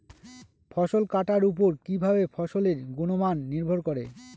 ফসল কাটার উপর কিভাবে ফসলের গুণমান নির্ভর করে?